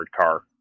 car